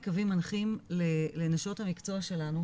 התשובה היא קווים מנחים לנשות המקצוע שלנו,